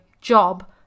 job